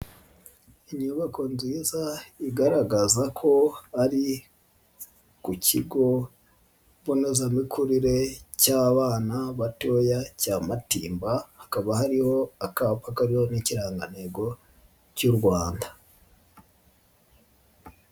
Inyubako nziza igaragaza ko ari ku kigo mbonezamikurire cy'abana batoya cya Matimba, hakaba hariho akapa kariho n'Irangantego cy'u Rwanda.